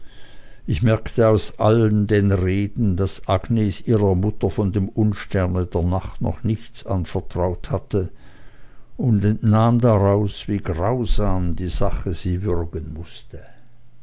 ich merkte aus allen den reden daß agnes ihrer eigenen mutter von dem unsterne der nacht noch nichts anvertraut hatte und entnahm daraus wie grausam die sache sie würgen mußte